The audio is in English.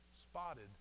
spotted